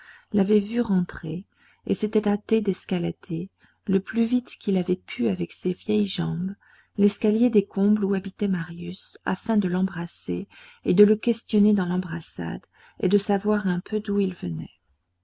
l'avait entendu rentrer et s'était hâté d'escalader le plus vite qu'il avait pu avec ses vieilles jambes l'escalier des combles où habitait marius afin de l'embrasser et de le questionner dans l'embrassade et de savoir un peu d'où il venait